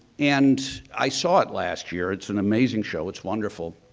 and i saw it last year, it's an amazing show, it's wonderful.